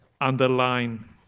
underline